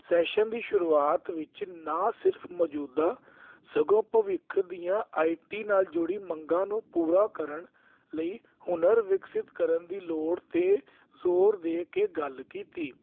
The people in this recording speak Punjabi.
ਸੈਸ਼ਨ ਦੀ ਸ਼ੁਰੂਆਤ ਵਿੱਚ ਨਾ ਸਿਰਫ ਮੌਜੂਦਾ ਸਗੋਂ ਭਵਿੱਖ ਦੀਆਂ ਆਈਟੀ ਨਾਲ ਜੁੜੀ ਮੰਗਾਂ ਨੂੰ ਪੂਰਾ ਕਰਨ ਲਈ ਹੁਨਰ ਵਿਕਸਿਤ ਕਰਨ ਦੀ ਲੋੜ 'ਤੇ ਜ਼ੋਰ ਦੇ ਕੇ ਗੱਲ ਕੀਤੀ